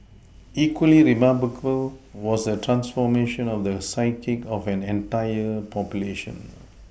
equally remarkable was the transformation of the psyche of an entire population